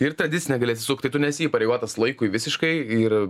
ir tadicinę gali atsisukt tai tu nesi įpareigotas laikui visiškai ir